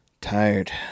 Tired